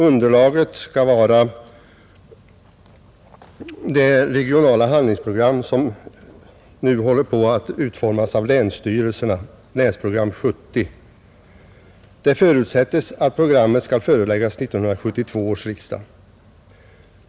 Underlaget skall vara det regionala handlingsprogram som länsstyrelserna nu håller på att utarbeta — Länsprogram 70. Det förutsättes att programmet skall föreläggas 1972 års riksdag.